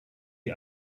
die